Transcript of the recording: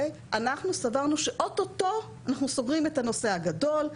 אנחנו סברנו שאוטוטו אנחנו סוגרים את הנושא הגדול,